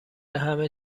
همه